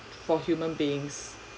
for human beings